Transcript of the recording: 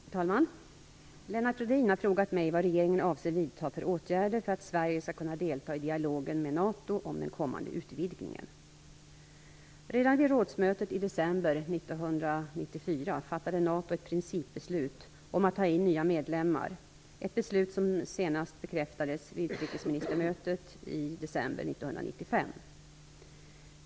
Herr talman! Lennart Rohdin har frågat mig vad regeringen avser vidta för åtgärder för att Sverige skall kunna delta i dialogen med NATO om den kommande utvidgningen. Redan vid rådsmötet i december 1994 fattade NATO ett principbeslut om att ta in nya medlemmar, ett beslut som senast bekräftades vid utrikesministermötet i december 1995.